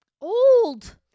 Old